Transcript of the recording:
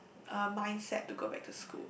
uh mindset to go back to school